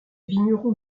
vignerons